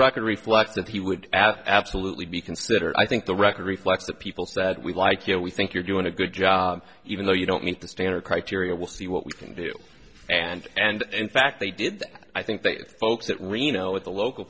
record reflect that he would absolutely be considered i think the record reflects the people that we like you know we think you're doing a good job even though you don't mean for standard criteria we'll see what we can do and and in fact they did i think the folks that reno at the local